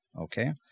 okay